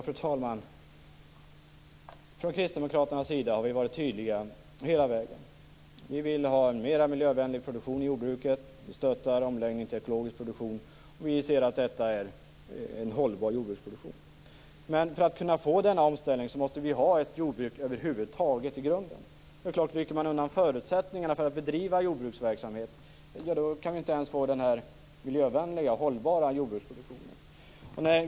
Fru talman! Kristdemokraterna har varit tydliga hela vägen. Vi vill ha en mer miljövänlig produktion i jordbruket, vi stöttar en omläggning till ekologisk produktion, och vi anser att detta är en hållbar jordbruksproduktion. För att kunna få denna omställning måste vi över huvud taget ha ett jordbruk. Rycker man undan förutsättningarna för att bedriva jordbruksverksamhet kan vi inte ens ha den miljövänliga och hållbara jordbruksproduktionen.